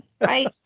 right